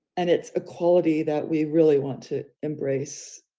and it's a quality that we really want to embrace.